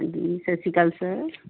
ਹਾਂਜੀ ਸਤਿ ਸ਼੍ਰੀ ਅਕਾਲ ਸਰ